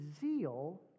zeal